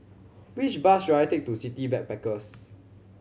which bus should I take to City Backpackers